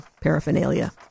paraphernalia